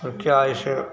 और क्या इसे